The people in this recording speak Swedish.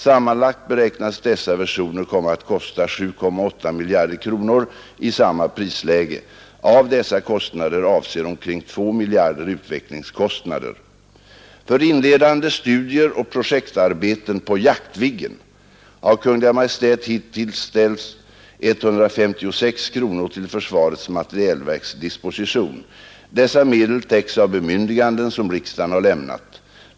Sammanlagt beräknas dessa versioner komma att kosta 7,8 miljarder kronor i samma prisläge. Av dessa kostnader avser omkring 2 miljarder utvecklingskostnader. För inledande studier och projektarbeten på Jaktviggen har Kungl. Maj:t hittills ställt 156 miljoner kronor till försvarets materielverks disposition. Dessa medel täcks av bemyndiganden som riksdagen har lämnat.